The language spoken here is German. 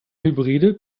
hybride